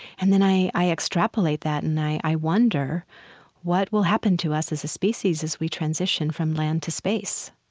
and then i i extrapolate that and i wonder what will happen to us as a species as we transition from land to space.